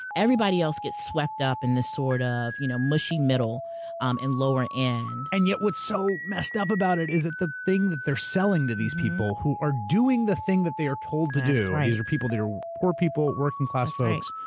everybody else gets swept up in this sort of you know mushy middle um and lower end. and yet, what's so messed up about it, is that the thing that they're selling to these people, who are doing the thing that they are told to do. that's right. these are people that are poor people, working class folks,